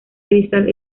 crystal